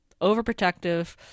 overprotective